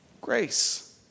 Grace